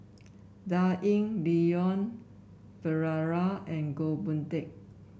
Dan Ying Leon Perera and Goh Boon Teck